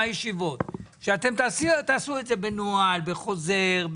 שתעשו את זה בנוהל, בחוזר,